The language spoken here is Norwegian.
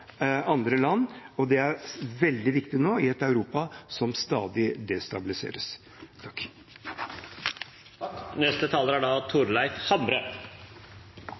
andre land. Det er veldig viktig i et Europa som nå stadig destabiliseres. Jeg skal være kort, for det vesentligste er